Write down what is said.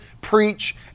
preach